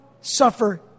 suffer